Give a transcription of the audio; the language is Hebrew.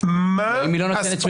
מה -- אם היא לא נותנת.